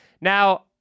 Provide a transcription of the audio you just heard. Now